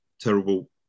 terrible